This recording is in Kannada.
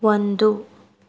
ಒಂದು